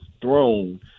throne